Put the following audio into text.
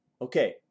Okay